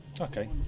Okay